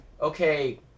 okay